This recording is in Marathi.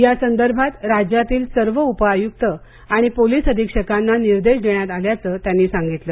या संदर्भात राज्यातील सर्व उप आयुक्त आणि पोलीस निरीक्षकांना निर्देश देण्यात आल्याचं ते म्हणाले